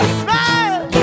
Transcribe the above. smile